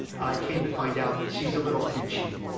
i came to find out she's a little too cheap.